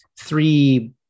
three